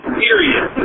period